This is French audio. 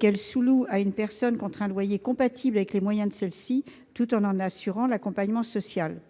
qu'elle sous-loue à une personne contre un loyer compatible avec les moyens de celle-ci, tout en en assurant l'accompagnement social.